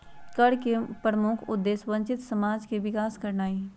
कर के प्रमुख उद्देश्य वंचित समाज के विकास करनाइ हइ